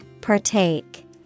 Partake